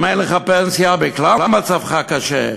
אם אין לך פנסיה בכלל, מצבך קשה,